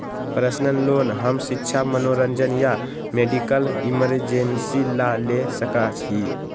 personal loan हम शिक्षा मनोरंजन या मेडिकल इमरजेंसी ला ले सका ही